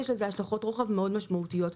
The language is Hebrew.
יש לזה השלכות רוחב מאוד משמעותיות.